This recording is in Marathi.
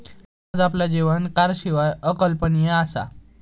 आज आपला जीवन कारशिवाय अकल्पनीय असा